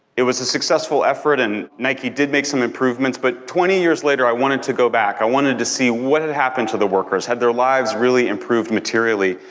it was a successful effort, and nike did make some improvements, but twenty years later i wanted to go back. i wanted to see what happened to the workers. had their lives really improved materially?